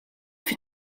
fut